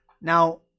now